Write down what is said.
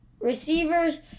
receivers